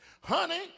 Honey